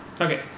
Okay